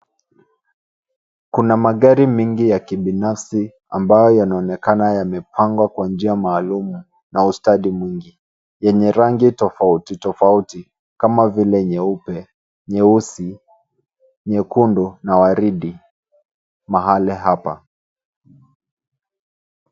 Kuna magari mingi ya kibinafsi ambayo yanaonekana yamepangwa kwa njia maalum, na ustadi mwingi, yenye rangi tofauti, tofauti kama vile nyeupe, nyeusi, nyekundu na waridi mahali hapa.